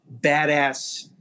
badass